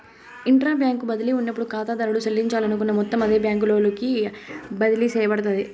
intra bank బదిలీ ఉన్నప్పుడు కాతాదారుడు సెల్లించాలనుకున్న మొత్తం అదే బ్యాంకులోకి బదిలీ సేయబడతాది